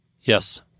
Yes